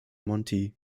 monti